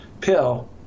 pill